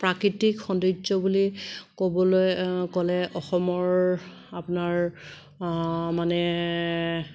প্ৰাকৃতিক সৌন্দৰ্য বুলি ক'বলৈ ক'লে অসমৰ আপোনাৰ মানে